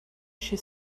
she